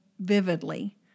vividly